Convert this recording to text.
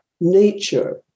nature